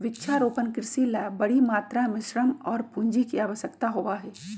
वृक्षारोपण कृषि ला बड़ी मात्रा में श्रम और पूंजी के आवश्यकता होबा हई